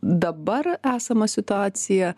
dabar esamą situaciją